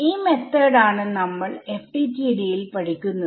ഈ മെത്തോഡ് ആണ് നമ്മൾ FDTD യിൽ പഠിക്കുന്നത്